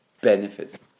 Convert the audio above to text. benefit